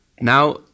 Now